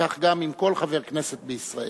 וכך גם עם כל חבר כנסת בישראל.